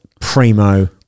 primo